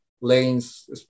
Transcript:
lanes